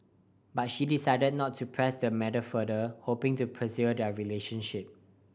but she decided not to press the matter further hoping to preserve their relationship